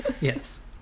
yes